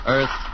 Earth